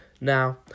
Now